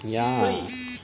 ya